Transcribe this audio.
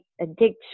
addiction